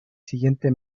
siguiente